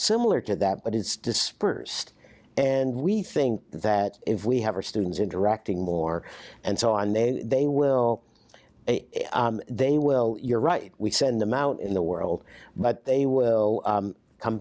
similar to that but it's dispersed and we think that if we have our students interacting more and so on they they will they will you're right we send them out in the world but they will come